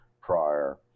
prior